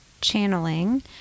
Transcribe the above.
channeling